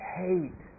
hate